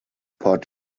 port